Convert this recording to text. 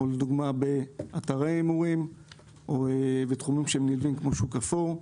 לדוגמה באתרי הימורים או בתחומים נלווים כמו שוק אפור.